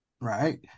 Right